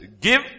give